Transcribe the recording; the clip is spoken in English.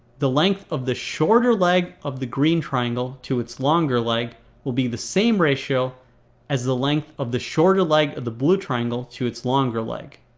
the length of the shorter leg of the green triangle to its longer leg will be the same ratio as the length of the shorter leg of the blue triangle to its longer leg.